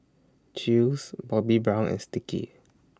Chew's Bobbi Brown and Sticky